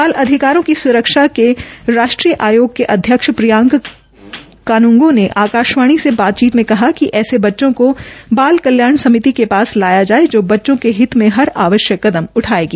बाल अधिकारों की सुरक्षा के राष्ट्रीय आयोग के अध्यक्ष प्रियांक कानुंगो ने आकाशवाणी से बातचीत में कहा कि ऐसे बच्चों को कल्याण समिति के पास लाया जाये जो बच्चे के हित मे हर आवश्यक कदम उठायेगी